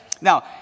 Now